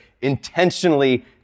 intentionally